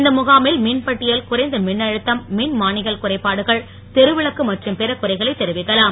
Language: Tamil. இந்த முகாமில் மின்பட்டியல் குறைந்த மின்னழுத்தம் மின்மானிகள் குறைபாடுகள் தெருவிளக்கு மற்றும் பிற குறைகளை தெரிவிக்கலாம்